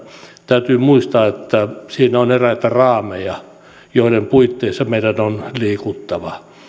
täytyy muistaa että siinä on eräitä raameja joiden puitteissa meidän on liikuttava